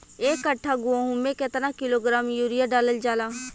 एक कट्टा गोहूँ में केतना किलोग्राम यूरिया डालल जाला?